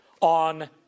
on